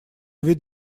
ведь